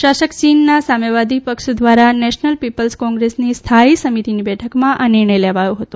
શાસક ચીનના સામ્યવાદી પક્ષ દ્વારા નેશનલ પીપલ્સ કોંગ્રેસની સ્થાયી સમિતિની બેઠકમાં આ નિર્ણય લેવાયો હતો